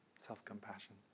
self-compassion